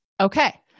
Okay